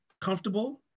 comfortable